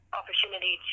opportunity